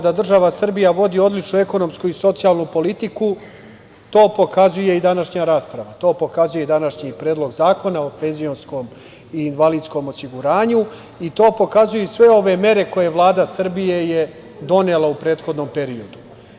Da država Srbija vodi odličnu ekonomsku i socijalnu politiku, to pokazuje i današnja rasprava, to pokazuje i današnji Predlog zakona o penzijskom i invalidskom osiguranju, a to pokazuju i sve ove mere koje je Vlada Srbije donela u prethodnom periodu.